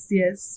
yes